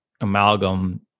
amalgam